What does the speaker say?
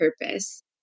purpose